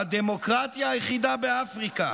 "הדמוקרטיה היחידה באפריקה",